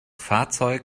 fahrzeug